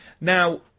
Now